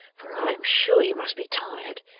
for i am sure you must be tired.